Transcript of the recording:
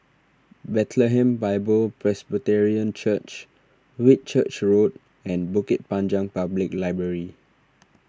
Bethlehem Bible Presbyterian Church Whitchurch Road and Bukit Panjang Public Library